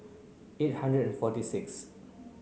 eight hundred forty six